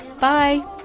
Bye